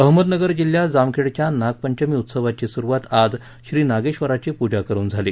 अहमदनगर जिल्ह्यात जामखेडच्या नागपंचमी उत्सवाची सुरूवात आज श्रीनागेश्वराची पूजा करुन झाली